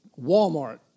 Walmart